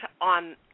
on